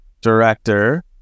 director